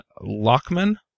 Lockman